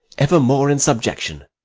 evermore in subjection.